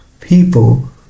people